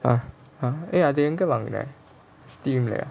!huh! !huh! அது எங்க வாங்குன:athu enga vaanguna steam லய:laya